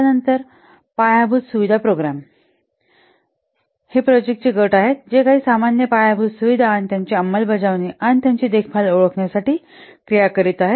त्यानंतर पायाभूत सुविधा प्रोग्राम हे प्रोजेक्ट चे गट आहेत जे काही सामान्य पायाभूत सुविधा आणि त्याची अंमलबजावणी आणि त्याची देखभाल ओळखण्यासाठी क्रिया करीत आहेत